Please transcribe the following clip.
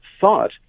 thought